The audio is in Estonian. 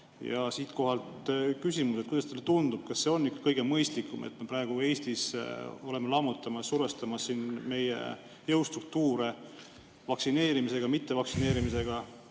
Siinkohal küsimus: kuidas teile tundub, kas see on ikka kõige mõistlikum, et me praegu Eestis oleme lammutamas ja survestamas meie jõustruktuure vaktsineerimisega-mittevaktsineerimisega?